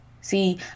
See